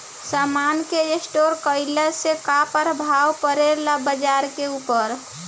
समान के स्टोर काइला से का प्रभाव परे ला बाजार के ऊपर?